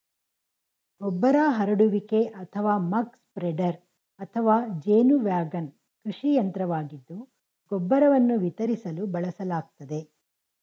ಗೊಬ್ಬರ ಹರಡುವಿಕೆ ಅಥವಾ ಮಕ್ ಸ್ಪ್ರೆಡರ್ ಅಥವಾ ಜೇನು ವ್ಯಾಗನ್ ಕೃಷಿ ಯಂತ್ರವಾಗಿದ್ದು ಗೊಬ್ಬರವನ್ನು ವಿತರಿಸಲು ಬಳಸಲಾಗ್ತದೆ